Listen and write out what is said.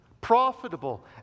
profitable